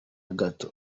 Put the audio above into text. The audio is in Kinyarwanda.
gato